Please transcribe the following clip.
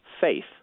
faith